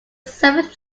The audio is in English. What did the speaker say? seventh